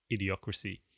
idiocracy